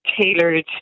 tailored